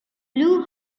blew